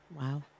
Wow